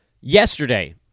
Yesterday